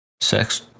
sex